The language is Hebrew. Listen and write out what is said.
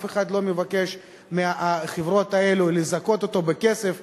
אף אחד לא מבקש מהחברות האלה לזכות אותו בכסף,